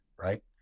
right